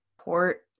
Port